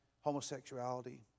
homosexuality